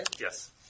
Yes